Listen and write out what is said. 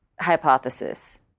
hypothesis